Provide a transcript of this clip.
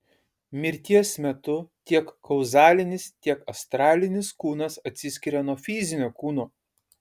mirties metu tiek kauzalinis tiek astralinis kūnas atsiskiria nuo fizinio kūno